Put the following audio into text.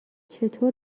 چطور